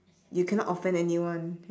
you cannot offend anyone